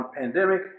pandemic